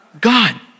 God